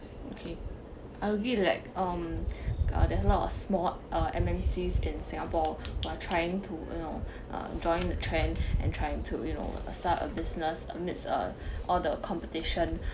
okay I will give you like um uh there's a lot of small uh M_N_Cs in singapore who are trying to you know uh join the trend and trying to you know start a business amidst all the competition